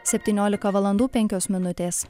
septyniolika valandų penkios minutės